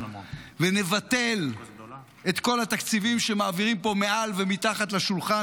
נבטל את כל התקציבים שמעבירים פה מעל ומתחת לשולחן,